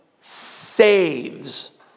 saves